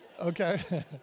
Okay